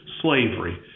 slavery